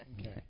Okay